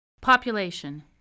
Population